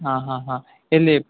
ಹಾಂ ಹಾಂ ಹಾಂ ಎಲ್ಲಿ